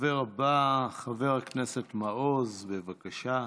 הדובר הבא, חבר הכנסת מעוז, בבקשה.